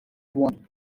one